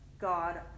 God